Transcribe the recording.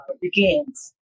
begins